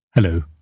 Hello